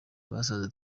bazaze